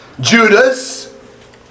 Judas